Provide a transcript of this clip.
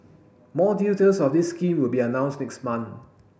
more details of this scheme will be announced next month